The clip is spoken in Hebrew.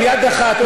מיקי, עם יד אחת.